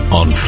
on